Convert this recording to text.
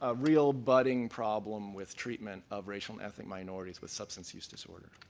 ah real budding problem with treatment of racial and ethnic minorities with substance use disorder.